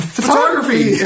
Photography